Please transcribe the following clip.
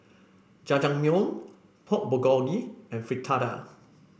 Jajangmyeon Pork Bulgogi and Fritada